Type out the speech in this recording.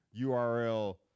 URL